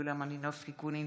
יוליה מלינובסקי קונין